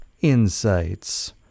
insights